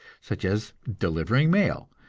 such as delivering mail,